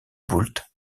boult